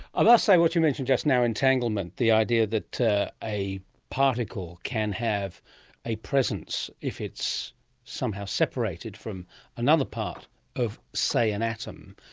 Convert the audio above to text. i must say, what you mentioned just now, entanglement, the idea that a particle can have a presence if it's somehow separated from another part of, say, an atom.